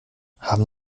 haben